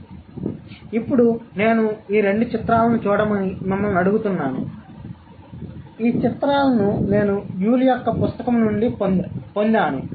కాబట్టి ఇప్పుడు నేను ఈ రెండు చిత్రాలను చూడమని మిమ్మల్ని అడుగుతున్నాను ఈ చిత్రాలు నేను యూల్ పుస్తకం నుండి పొందాను